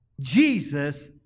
Jesus